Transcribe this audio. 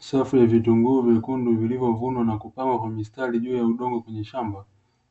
Safu ya vitunguu vyekundu, vilivyovunwa na kupangwa kwa mistari juu ya udongo kwenye shamba.